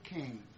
King